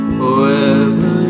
forever